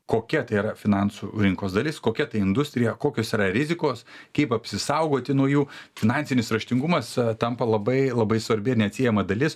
kokia tai yra finansų rinkos dalis kokia tai industrija kokios yra rizikos kaip apsisaugoti nuo jų finansinis raštingumas tampa labai labai svarbi ir neatsiejama dalis